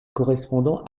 correspondant